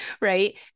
Right